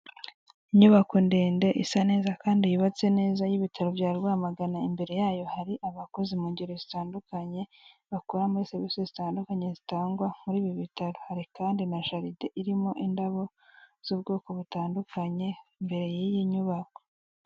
inyubako ndende isa neza kandi yubatse neza y'ibitaro bya Rwamagana, imbere yayo hari abakozi mu ngeri zitandukanye bakora muri serivisi zitandukanye zitangwa muri ibi bitaro. Hari kandi na jaride irimo indabo z'ubwoko butandukanye mbere y'iyi nyubako.